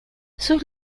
sus